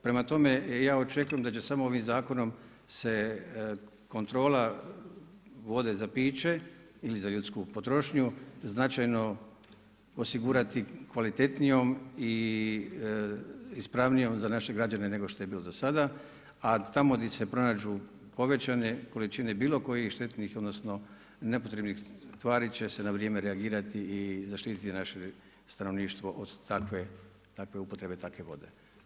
Prema tome, ja očekujem da će samo ovim zakonom se kontrola vode za piće ili za ljudsku potrošnju značajno osigurati kvalitetnijom i ispravnijom za naše građane nego što je bilo do sada, a tamo di se pronađu povećane količine bilo kojih štetnih, odnosno nepotrebnih tvari će se na vrijeme reagirati i zaštititi naše stanovništvo od takve upotrebe takve vode.